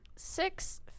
Six